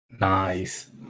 Nice